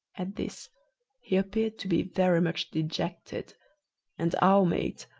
at this he appeared to be very much dejected and our mate,